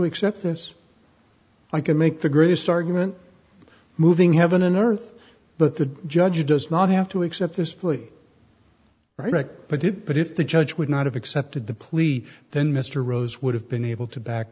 accept this i can make the greatest argument moving heaven and earth but the judge does not have to accept this plea right but it but if the judge would not have accepted the plea then mr rose would have been able to back